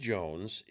Jones